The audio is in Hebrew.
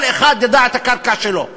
כל אחד ידע מהי הקרקע שלו.